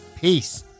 Peace